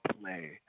play